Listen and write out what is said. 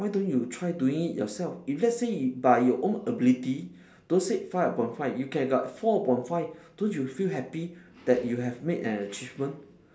why don't you try doing it yourself if let's say by your own ability don't say five upon five you can got four upon five don't you feel happy that you have made an achievement